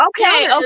okay